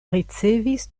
ricevis